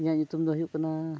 ᱤᱧᱟᱹᱜ ᱧᱩᱛᱩᱢ ᱫᱚ ᱦᱩᱭᱩᱜ ᱠᱟᱱᱟ